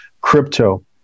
crypto